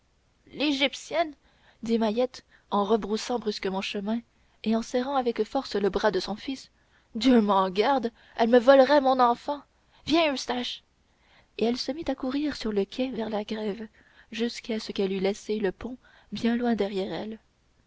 l'égyptienne l'égyptienne dit mahiette en rebroussant brusquement chemin et en serrant avec force le bras de son fils dieu m'en garde elle me volerait mon enfant viens eustache et elle se mit à courir sur le quai vers la grève jusqu'à ce qu'elle eût laissé le pont bien loin derrière elle